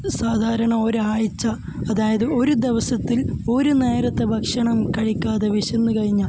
സാധാരണ ഒരാഴ്ച്ച അതായത് ഒരു ദിവസത്തിൽ ഒരു നേരത്തെ ഭക്ഷണം കഴിക്കാതെ വിശന്നു കഴിഞ്ഞാൽ